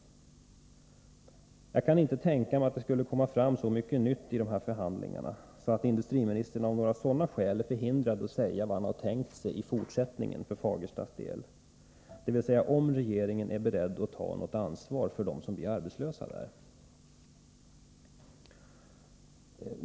Jag kan inte tänka mig att det kommer fram så mycket nytt i dessa förhandlingar att industriministern av det skälet skulle vara förhindrad att säga vad han har tänkt sig i fortsättningen för Fagerstas del, dvs. om regeringen är beredd att ta något ansvar för dem som blir arbetslösa i Fagersta.